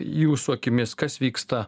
jūsų akimis kas vyksta